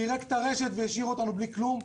זה דבר שפירק את הרשת והשאיר אותנו בלי כלום.